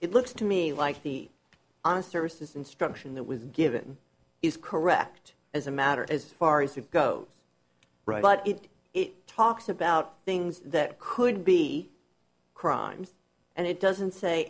it looks to me like the honest services instruction that was given is correct as a matter as far as it goes right but if it talks about things that could be crimes and it doesn't say